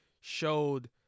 showed